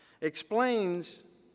explains